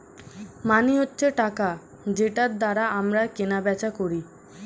মানি হচ্ছে টাকা যেটার দ্বারা আমরা কেনা বেচা করি